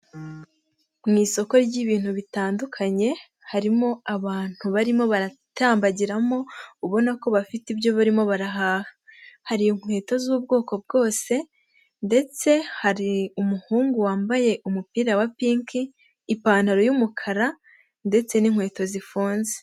Mu isoko ry'ibintu bitandukanye, harimo abantu barimo baratambagiramo, ubona ko bafite ibyo barimo harahaha. Hari inkweto z'ubwoko bwose ndetse hari umuhungu wambaye umupira wa pinki, ipantaro y'umukara ndetse n'inkweto zifunze.